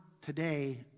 today